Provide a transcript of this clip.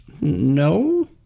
No